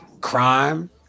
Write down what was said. crime